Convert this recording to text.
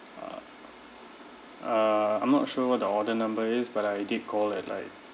err uh I'm not sure what the order number is but I did call at like